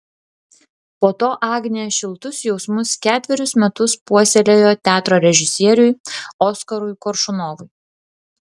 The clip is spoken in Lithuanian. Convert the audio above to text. po to agnė šiltus jausmus ketverius metus puoselėjo teatro režisieriui oskarui koršunovui